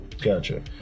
Gotcha